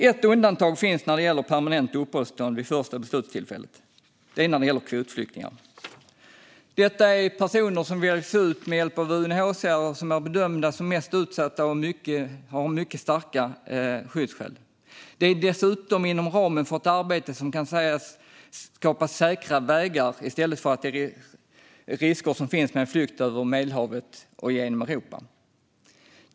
Ett undantag finns när det gäller permanent uppehållstillstånd vid första beslutstillfället, och det är när det gäller kvotflyktingar. Det är personer som väljs ut med hjälp av UNHCR, som bedöms vara de mest utsatta och som har mycket starka skyddsskäl. Detta är dessutom inom ramen för ett arbete som kan sägas skapa säkra vägar i stället för de risker som finns med en flykt över Medelhavet och genom Europa.